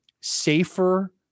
safer